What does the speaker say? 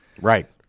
Right